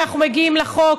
אנחנו מגיעים לחוק.